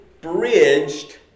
bridged